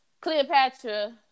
Cleopatra